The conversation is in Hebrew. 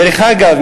דרך אגב,